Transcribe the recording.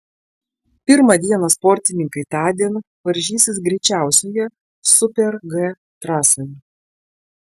pirmą dieną sportininkai tądien varžysis greičiausioje super g trasoje